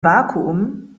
vakuum